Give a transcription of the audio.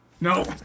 No